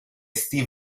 steve